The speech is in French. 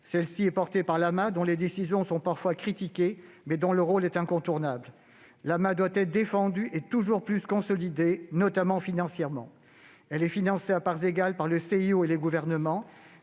dernière est portée par l'AMA, dont les décisions sont parfois critiquées mais dont le rôle est incontournable. L'AMA doit être défendue et consolidée toujours davantage, notamment financièrement. Elle est financée à parts égales par le CIO, d'une part, et les gouvernements,